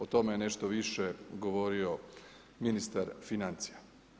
O tome je nešto više govorio ministar financija.